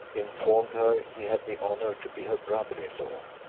informed her he had the honour to be her brother-in-law,